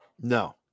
No